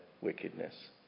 wickedness